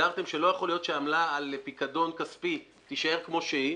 הגדרתם שלא יכול להיות שעמלה על פיקדון כספי תישאר כמו שהיא,